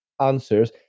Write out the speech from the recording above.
answers